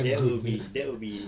that will be that will be